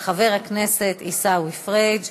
מס' 2659, של חבר הכנסת עיסאווי פריג'.